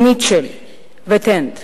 מיטשל וטנט,